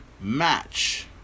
match